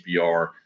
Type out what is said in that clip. CPR